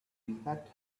impact